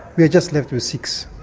we are just left with six.